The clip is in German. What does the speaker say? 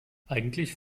eigentlich